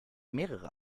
mehrere